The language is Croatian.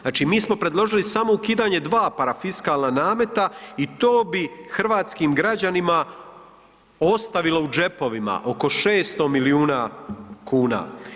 Znači, mi smo predložili samo ukidanje dva parafiskalna nameta i to bi hrvatskim građanima ostavilo u džepovima oko 600 milijuna kuna.